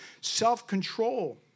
self-control